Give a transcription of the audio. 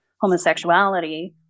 homosexuality